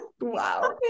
wow